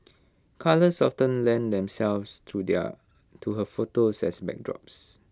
colours often lend themselves to their to her photos as backdrops